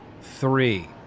Three